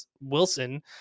Wilson